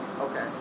Okay